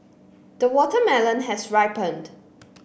the watermelon has ripened